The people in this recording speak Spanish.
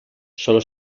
sólo